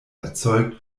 erzeugt